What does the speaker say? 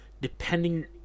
depending